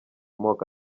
moko